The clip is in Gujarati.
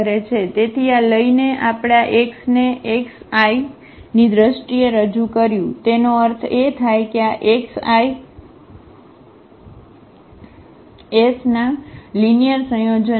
તેથી આ લઈને આપણે આ x ને xi ની દ્રષ્ટિએ રજૂ કર્યું તેનો અર્થ એ થાય કે આ xi's ના લિનિયર સંયોજન છે